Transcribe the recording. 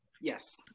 yes